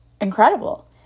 incredible